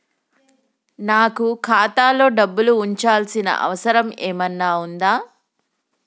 నాకు ఖాతాలో డబ్బులు ఉంచాల్సిన అవసరం ఏమన్నా ఉందా?